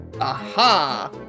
Aha